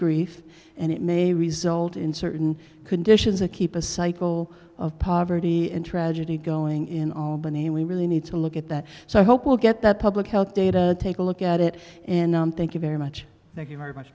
grief and it may result in certain conditions a keep a cycle of poverty and tragedy going in albany and we really need to look at that so i hope we'll get that public health data take a look at it and i'm thank you very much